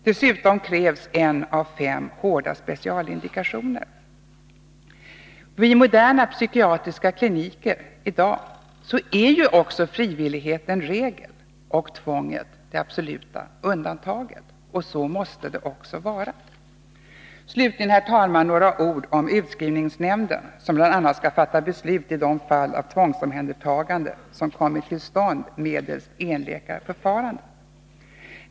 Dessutom krävs en av fem hårda specialindikationer. Vid moderna psykiatriska kliniker idagär ju frivillighet en regel, och tvånget det absoluta undantaget —så måste det också vara. Herr talman! Slutligen några ord om utskrivningsnämnden, som bl.a. skall fatta beslut i de fall av tvångsomhändertagande som kommit till stånd medelst enläkarförfarande.